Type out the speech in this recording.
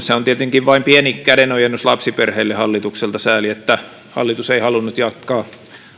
se on tietenkin vain pieni kädenojennus lapsiperheille hallitukselta sääli että hallitus ei halunnut jatkaa